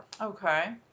Okay